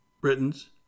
Britons